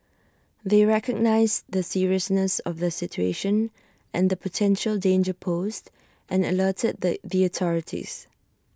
they recognised the seriousness of the situation and the potential danger posed and alerted the authorities